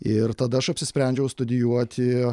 ir tada aš apsisprendžiau studijuoti